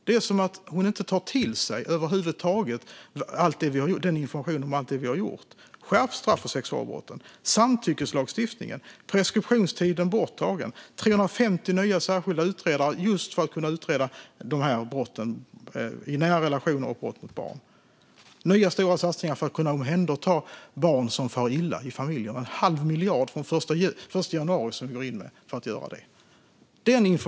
Det är som att hon inte över huvud taget tar till sig informationen om allt det som vi har gjort. Vi har skärpt straffen för sexualbrott, infört samtyckeslagstiftningen, tagit bort preskriptionstiden och tillsatt 350 nya utredare just för att utreda brott i nära relationer och brott mot barn. Vi gör nya stora satsningar för att kunna omhänderta barn som far illa i familjer. Vi går in med en halv miljard från den 1 januari för att göra det.